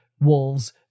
wolves